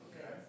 Okay